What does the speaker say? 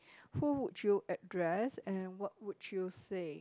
who would you address and what would you say